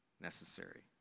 Necessary